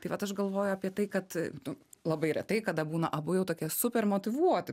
tai vat aš galvoju apie tai kad nu labai retai kada būna abu jau tokie super motyvuoti